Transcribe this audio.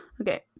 Okay